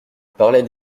parlaient